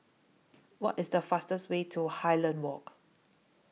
What IS The fastest Way to Highland Walk